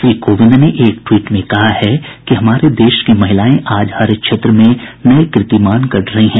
श्री कोविंद ने एक ट्वीट में कहा है कि हमारे देश की महिलाएं आज हर क्षेत्र में नये कीर्तिमान गढ़ रही हैं